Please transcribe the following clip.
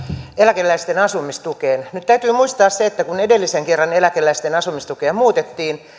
eläkeläisten asumistukeen nyt täytyy muistaa se että kun edellisen kerran eläkeläisten asumistukea muutettiin